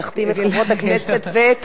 נחתים את חברות הכנסת ואת